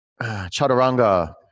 chaturanga